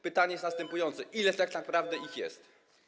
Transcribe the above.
Pytanie jest następujące: Ile tak naprawdę ich jest?